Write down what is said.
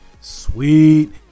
Sweet